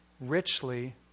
richly